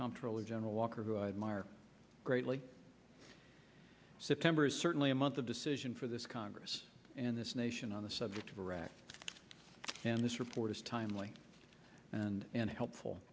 ptroller general walker who i admire greatly september is certainly a month of decision for this congress and this nation on the subject of iraq and this report is timely and helpful